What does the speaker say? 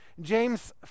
James